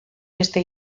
beste